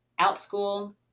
OutSchool